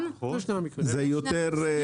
-- והנה מילה טובה למינהל הדלק והגז -- אתם תשבו עכשיו,